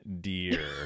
dear